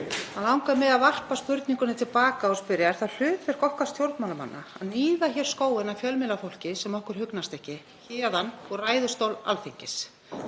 Þá langar mig að varpa spurningunni til baka og spyrja: Er það hlutverk okkar stjórnmálamanna að níða skóinn af fjölmiðlafólki sem okkur hugnast ekki héðan úr ræðustól Alþingis?